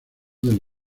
del